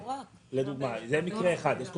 זה מקרה אחד.